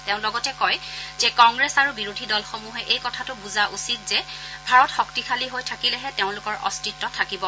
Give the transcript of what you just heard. তেওঁ লগতে কয় যে কংগ্ৰেছ আৰু বিৰোধী দলসমূহে এই কথাটো বুজা উচিত যে ভাৰত শক্তিশালী হৈ থাকিলেহে তেওঁলোকৰো অস্তিত্ব থাকিব